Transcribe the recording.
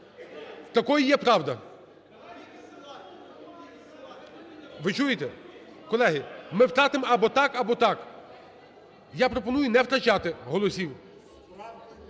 (Шум у залі) Ви чуєте, колеги, ми втратим або так, або так. Я пропоную не втрачати голосів.